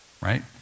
right